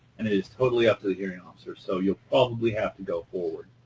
and it is totally up to the hearing officer, so you'll probably have to go forward.